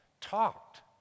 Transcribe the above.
talked